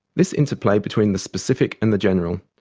this interplay between the specific and the general,